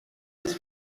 his